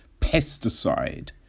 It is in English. pesticide